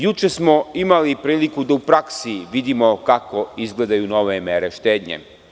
Juče smo imali priliku da u praksi vidimo kako izgledaju nove mere štednje.